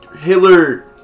Hitler